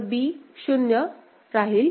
नंतर b 0 राहील